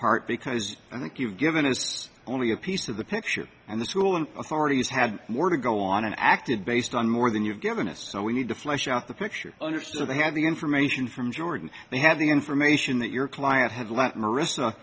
part because i think you've given it's only a piece of the picture and the school and authorities had more to go on and acted based on more than you've given us so we need to flesh out the picture understand they have the information from jordan they have the information that your client has left maris